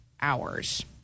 hours